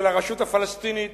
של הרשות הפלסטינית